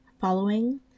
Following